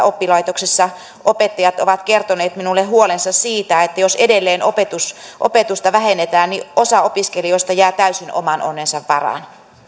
oppilaitoksissa ovat kertoneet minulle huolensa siitä että jos edelleen opetusta vähennetään niin osa opiskelijoista jää täysin oman onnensa varaan